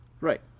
Right